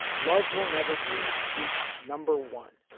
love will never do reached number one.